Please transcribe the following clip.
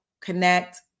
connect